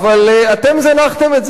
אבל אתם זנחתם את זה.